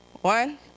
One